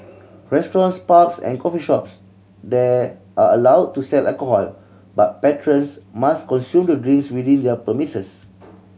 restaurants pubs and coffee shops there are allowed to sell alcohol but patrons must consume the drinks within their premises